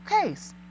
case